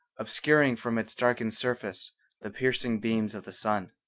obscuring from its darkened surface the piercing beams of the sun.